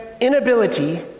inability